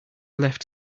left